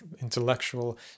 intellectual